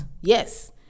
Yes